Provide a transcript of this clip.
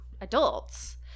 adults